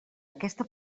aquesta